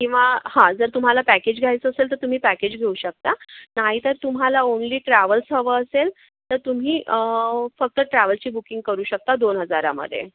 किंवा हा जर तुम्हाला पॅकेज घ्यायचं असेल तर तुम्ही पॅकेज घेऊ शकता नाहीतर तुम्हाला ओन्ली ट्रॅवल्स हवं असेल तर तुम्ही अं फक्त ट्रॅवलची बूकिंग करू शकता दोन हजारामधे